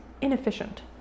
inefficient